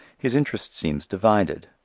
his interest seems divided.